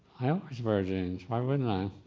i always wear jeans. why wouldn't i?